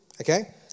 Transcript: Okay